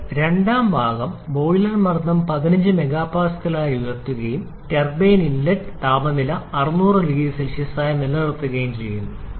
ഇപ്പോൾ രണ്ടാം ഭാഗം ബോയിലർ മർദ്ദം 15 MPa ആയി ഉയർത്തുകയും ടർബൈൻ ഇൻലെറ്റ് താപനിലയാണ് 600 OC നിലനിർത്തുന്നു